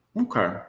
Okay